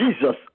Jesus